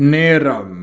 நேரம்